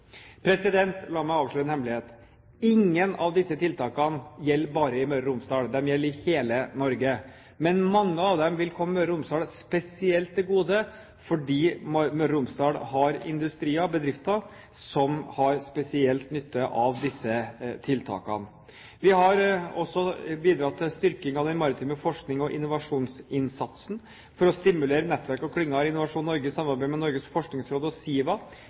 sektor. La meg avsløre en hemmelighet. Ingen av disse tiltakene gjelder bare i Møre og Romsdal; de gjelder i hele Norge. Men mange av dem vil komme Møre og Romsdal spesielt til gode, fordi Møre og Romsdal har industrier, bedrifter, som har spesiell nytte av disse tiltakene. Vi har også bidratt til styrking av den maritime forsknings- og innovasjonsinnsatsen. For å stimulere nettverk og klynger har Innovasjon Norge i samarbeid med Norges forskningsråd og SIVA